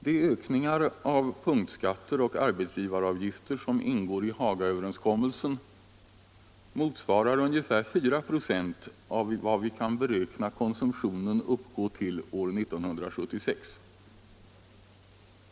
De ökningar av punktskatter och arbetsgivaravgifter som ingår i Hagaöverenskommelsen motsvarar ungefär 4 96 av vad vi kan beräkna konsumtionen uppgå till 1976.